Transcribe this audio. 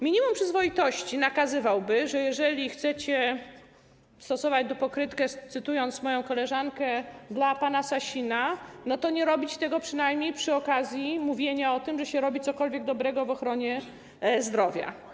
Minimum przyzwoitości nakazywałoby, że jeżeli chcecie stosować dupokrytkę, cytując moją koleżankę, dla pana Sasina, to przynajmniej nie należy robić tego przy okazji mówienia o tym, że się robi cokolwiek dobrego w ochronie zdrowia.